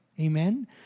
Amen